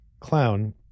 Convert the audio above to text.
clown